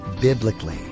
biblically